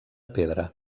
pedra